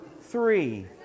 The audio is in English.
three